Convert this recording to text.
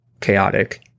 chaotic